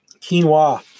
Quinoa